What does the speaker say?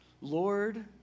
Lord